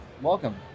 welcome